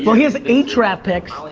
well, he has eight draft picks.